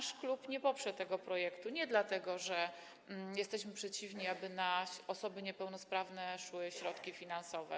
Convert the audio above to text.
Nasz klub nie poprze tego projektu nie dlatego, że jesteśmy przeciwni, aby na osoby niepełnosprawne szły środki finansowe.